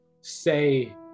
say